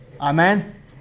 Amen